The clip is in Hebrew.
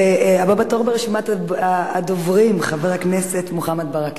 הבא בתור ברשימת הדוברים, חבר הכנסת מוחמד ברכה.